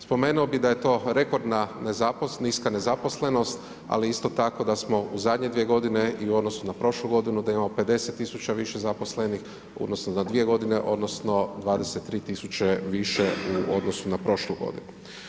Spomenuo bi da je to rekordna niska nezaposlenost ali isto tako da smo u zadnje godine i u odnosu na prošlu godinu da imamo 50 tisuća više zaposlenih u odnosu na 2 godine, odnosno 23 tisuće više u odnosu na prošlu godinu.